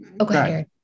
Okay